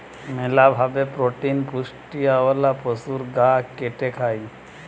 মেলা ভাবে প্রোটিন পুষ্টিওয়ালা পশুর গা কেটে খায়